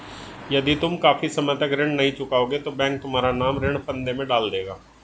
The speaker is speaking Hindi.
यदि तुम काफी समय तक ऋण नहीं चुकाओगे तो बैंक तुम्हारा नाम ऋण फंदे में डाल देगा